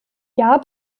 jahr